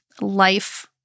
life